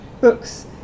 books